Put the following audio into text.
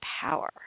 power